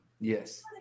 yes